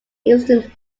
instant